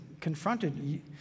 confronted